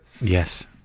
Yes